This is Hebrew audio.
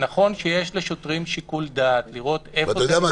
נכון שיש לשוטרים שיקול דעת לראות איפה --- ואתה יודע מה,